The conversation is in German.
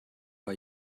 bei